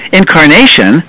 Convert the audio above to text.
incarnation